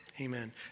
Amen